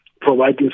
providing